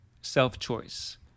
Self-Choice